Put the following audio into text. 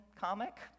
comic